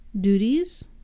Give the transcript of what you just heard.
Duties